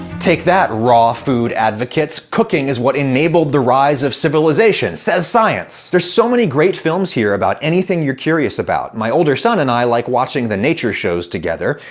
take that, raw food advocates. cooking is what enabled the rise of civilization, says science. there's so many great films here about anything you're curious about. my older son and i like watching the nature shows together.